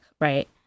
right